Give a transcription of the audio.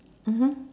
mmhmm